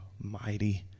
mighty